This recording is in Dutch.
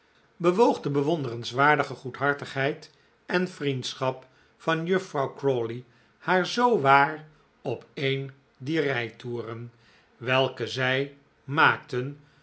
de bewonderenswaardige goedhartigheid en vriendschap van juffrouw crawley haar zoo waar op een dier rijtoeren welke zij maakten